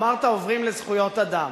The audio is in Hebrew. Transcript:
אמרת: עוברים לזכויות אדם.